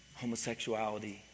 homosexuality